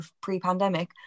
pre-pandemic